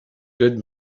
good